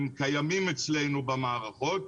הם קיימים אצלנו במערכות,